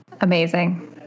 Amazing